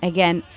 Again